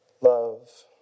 love